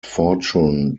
fortune